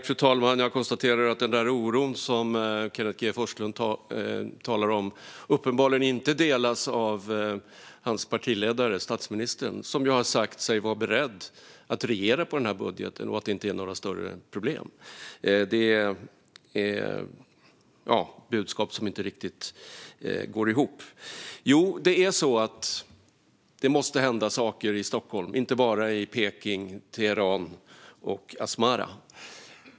Fru talman! Jag konstaterar att den oro som Kenneth G Forslund talar om uppenbarligen inte delas av hans partiledare, statsministern, som har sagt sig vara beredd att regera på denna budget och att det inte är några större problem. Det är budskap som inte riktigt går ihop. Jo, det måste hända saker i Stockholm, inte bara i Peking, Teheran och Asmara.